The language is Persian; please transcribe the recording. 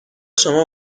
شما